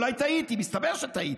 אולי טעיתי, מסתבר שטעיתי.